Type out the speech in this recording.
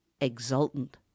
exultant